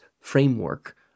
framework